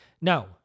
No